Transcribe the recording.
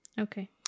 Okay